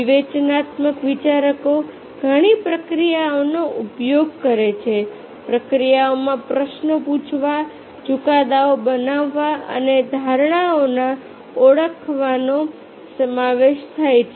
વિવેચનાત્મક વિચારકો ઘણી પ્રક્રિયાઓનો ઉપયોગ કરે છે પ્રક્રિયાઓમાં પ્રશ્નો પૂછવા ચુકાદાઓ બનાવવા અને ધારણાઓને ઓળખવાનો સમાવેશ થાય છે